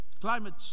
Climate